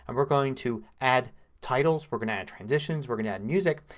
um we're going to add titles. we're going to add transitions. we're going to add music.